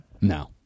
No